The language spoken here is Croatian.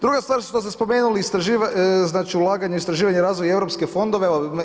Druga stvar što ste spomenuli, znači ulaganje u istraživanje i razvoj i europske fondove.